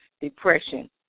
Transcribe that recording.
depression